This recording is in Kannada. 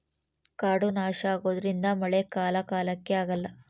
ಕಾಡು ನಾಶ ಆಗೋದ್ರಿಂದ ಮಳೆ ಕಾಲ ಕಾಲಕ್ಕೆ ಆಗಲ್ಲ